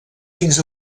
fins